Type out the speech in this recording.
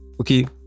Okay